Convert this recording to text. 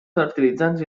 fertilitzants